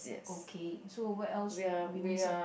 okay so where else did we miss ah